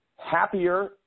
Happier